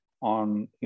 on